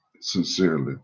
sincerely